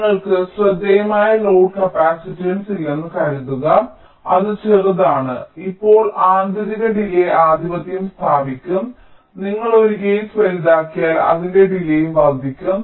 ഞങ്ങൾക്ക് ശ്രദ്ധേയമായ load capacitance ഇല്ലെന്ന് കരുതുക അത് ചെറുതാണ് അതിനാൽ ഇപ്പോൾ ആന്തരിക ഡിലേയ് ആധിപത്യം സ്ഥാപിക്കും അതിനാൽ നിങ്ങൾ ഒരു ഗേറ്റ് വലുതാക്കിയാൽ അതിന്റെ ഡിലേയും വർദ്ധിക്കും